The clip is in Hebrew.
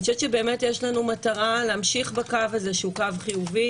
אני חושבת שיש לנו מטרה להמשיך בקו הזה שהוא קו חיובי